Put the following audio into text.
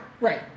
Right